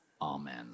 amen